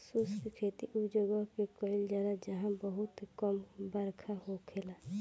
शुष्क खेती उ जगह पे कईल जाला जहां बहुते कम बरखा होखेला